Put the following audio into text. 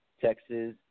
Texas